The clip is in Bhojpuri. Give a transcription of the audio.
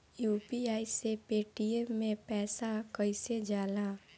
यू.पी.आई से पेटीएम मे पैसा कइसे जाला?